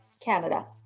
canada